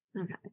Okay